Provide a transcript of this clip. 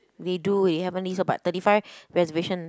they do they haven't did so but thirty five reservation